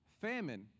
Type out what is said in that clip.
famine